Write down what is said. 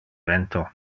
vento